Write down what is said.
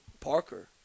Parker